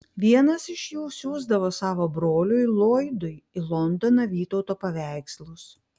vienas iš jų siųsdavo savo broliui loydui į londoną vytauto paveikslus